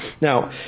Now